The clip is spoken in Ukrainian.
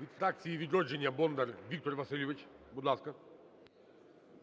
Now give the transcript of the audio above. Від фракції "Відродження" Бондар Віктор Васильович. Будь ласка.